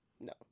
no